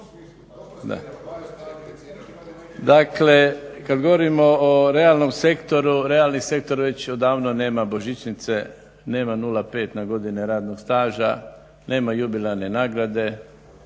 Dakle kada govorimo o realnom sektoru realni sektor već odavno nema božićnice nema 0,5 na godine radnog staža, nema jubilarne nagrade,